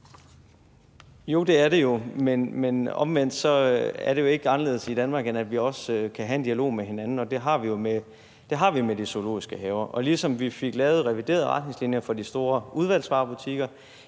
Jo, det er det, men omvendt er det ikke anderledes i Danmark, end at vi også kan have en dialog med hinanden, og det har vi jo med de zoologiske haver. Ligesom vi fik lavet reviderede retningslinjer for de store udvalgsvarebutikker,